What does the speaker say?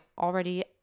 already